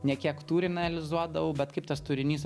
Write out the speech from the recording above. ne kiek turinį analizuodavau bet kaip tas turinys